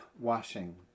washing